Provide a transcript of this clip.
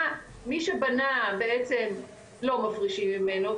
מי שבנה בעצם לא מפרישים ממנו,